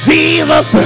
Jesus